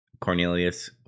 Cornelius